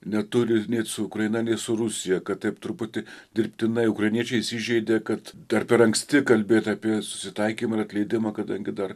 neturi nei su ukraina nei su rusija kad taip truputį dirbtinai ukrainiečiai įsižeidė kad dar per anksti kalbėt apie susitaikymą ir atleidimą kadangi dar